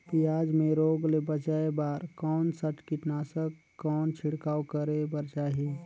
पियाज मे रोग ले बचाय बार कौन सा कीटनाशक कौन छिड़काव करे बर चाही?